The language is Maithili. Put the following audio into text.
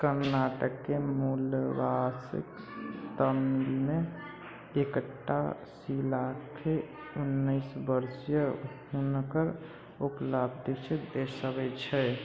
कर्नाटकके मुलबगलसँ तमिलमे एकटा शिलालेख उन्नैस वर्षक हुनकर उपलब्धिके दर्शबति छै